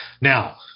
Now